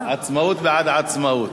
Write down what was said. עצמאות בעד עצמאות.